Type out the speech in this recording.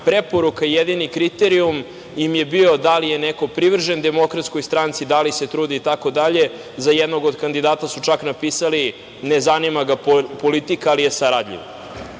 preporuka i jedini kriterijum im je bio da li je neko privržen DS, da li se trudi itd. Za jednog od kandidata su čak napisali – ne zanima ga politika, ali je saradljiv.